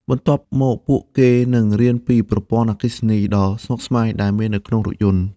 បន្ទាប់មកពួកគេនឹងរៀនពីប្រព័ន្ធអគ្គិសនីដ៏ស្មុគស្មាញដែលមាននៅក្នុងរថយន្ត។